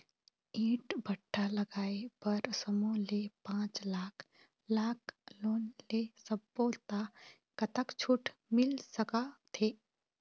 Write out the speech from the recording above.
ईंट भट्ठा लगाए बर समूह ले पांच लाख लाख़ लोन ले सब्बो ता कतक छूट मिल सका थे?